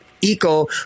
Eco